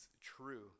true